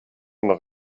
noch